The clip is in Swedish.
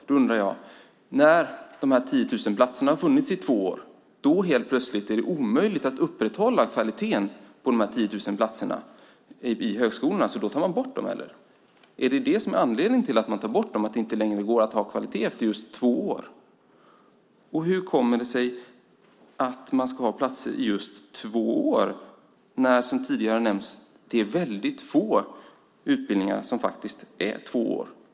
Då undrar jag: När de här 10 000 platserna har funnits i två år, är det då helt plötsligt omöjligt att upprätthålla kvaliteten på dessa 10 000 platser? Ska man ta bort dem då? Är anledningen till att man tar bort dem att det inte längre går att ha kvalitet efter just två år? Hur kommer det sig att man ska ha platser i just två år när det, som tidigare nämnts, är väldigt få utbildningar som faktiskt är två år?